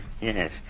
yes